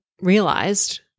realized